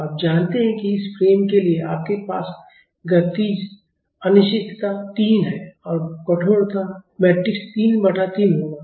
तो आप जानते हैं कि इस फ्रेम के लिए आपके पास गतिज अनिश्चितता 3 है कठोरता मैट्रिक्स 3 बटा 3 होगा